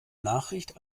nachricht